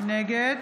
נגד